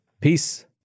Peace